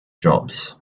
jobs